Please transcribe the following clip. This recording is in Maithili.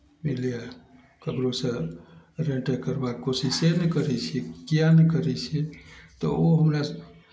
बुझलियै ककरोसँ रें टें करबाक कोशिसे नहि करै छियै किया नहि करै छै तऽ ओ हमरा